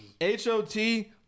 H-O-T